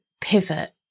pivot